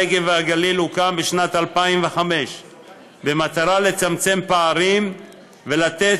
הנגב והגליל הוקם בשנת 2005 במטרה לצמצם פערים ולתת